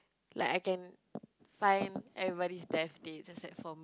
like I can find everybody's death date except for